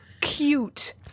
cute